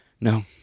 No